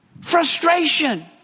frustration